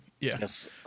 Yes